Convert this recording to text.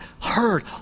heard